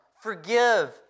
forgive